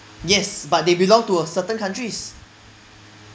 yes but they belong to a certain countries